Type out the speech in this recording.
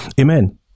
Amen